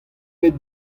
bet